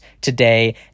today